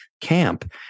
camp